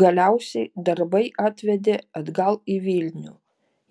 galiausiai darbai atvedė atgal į vilnių